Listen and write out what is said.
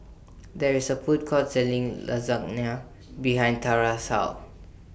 There IS A Food Court Selling Lasagne behind Tarah's House